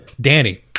Danny